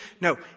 No